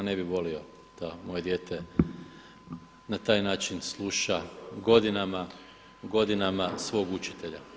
Ne bi volio da moje dijete na taj način sluša godinama, godinama svog učitelja.